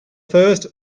first